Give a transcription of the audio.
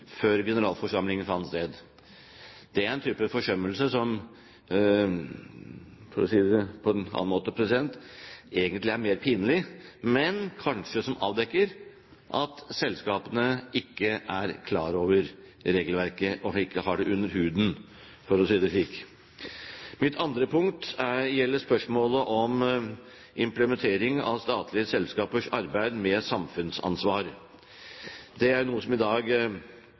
før generalforsamlingen fant sted. Det er en type forsømmelse som, for å si det på en annen måte, egentlig er mer pinlig, men som kanskje avdekker at selskapene ikke er klar over regelverket, ikke har det under huden, for å si det slik. Mitt andre punkt gjelder spørsmålet om implementering av statlige selskapers arbeid med samfunnsansvar. Man bruker ofte engelske begreper om slikt, men jeg skal holde meg til det